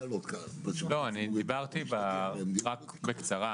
רק בקצרה.